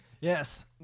Yes